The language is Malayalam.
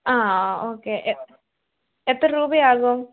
ആ ഓക്കേ എത്ര രൂപയാകും